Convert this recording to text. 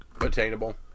attainable